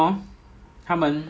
it's counted inside ya